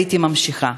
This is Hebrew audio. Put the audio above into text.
הייתי ממשיכה.